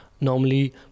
normally